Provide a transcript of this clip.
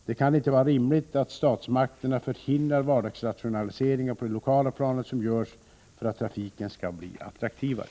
Det kan inte vara rimligt att statsmakterna förhindrar vardagsrationaliseringar på det lokala planet som görs för att trafiken skall bli attraktivare.